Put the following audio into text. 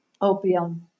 opium